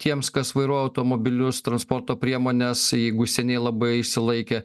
tiems kas vairuoja automobilius transporto priemones jeigu seniai labai išsilaikė